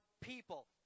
people